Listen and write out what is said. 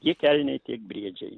tiek elniai tiek briedžiai